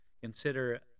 consider